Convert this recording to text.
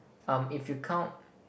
um if you count